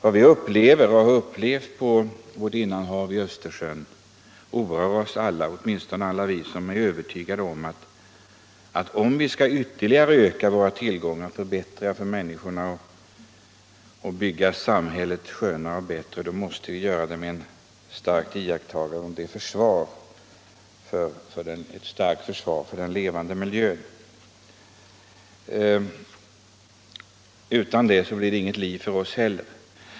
Vad vi upplever och har upplevt på vårt innanhav Östersjön oroar oss alla, åtminstone alla som är övertygade om att om vi ytterligare skall öka våra tillgångar, förbättra förhållandena för människorna och bygga samhället skönare och bättre måste vi göra det med iakttagande av ett starkt försvar för den levande miljön. Utan det blir det inget liv för oss heller.